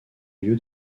lieu